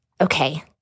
Okay